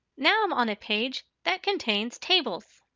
now i'm on a page that contains tables.